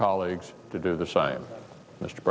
colleagues to do the same mr